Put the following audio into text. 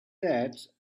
that